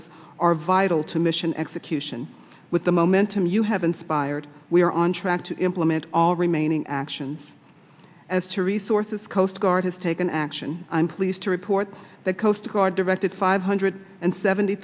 are vital to mission execution with the momentum you have inspired we are on track to implement all remaining actions as to resources coast guard has taken action i'm pleased to report that coastguard directed five hundred and seventy